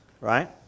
Right